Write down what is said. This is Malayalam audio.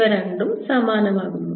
ഇവ രണ്ടും സമാനമാകുന്നു